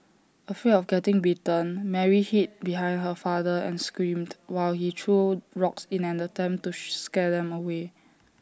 afraid of getting bitten Mary hid behind her father and screamed while he threw rocks in an attempt to scare them away